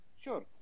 Sure